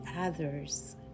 others